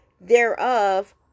thereof